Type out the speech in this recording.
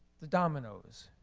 the dominos,